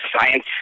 science